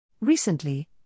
Recently